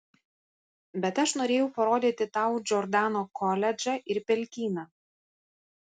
bet aš norėjau parodyti tau džordano koledžą ir pelkyną